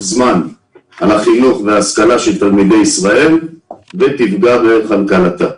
זמן על החינוך וההשכלה של תלמידי ישראל ותפגע בכלכלה.